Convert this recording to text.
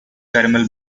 caramel